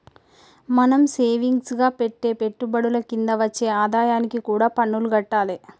మనం సేవింగ్స్ గా పెట్టే పెట్టుబడుల కింద వచ్చే ఆదాయానికి కూడా పన్నులు గట్టాలే